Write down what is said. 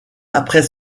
après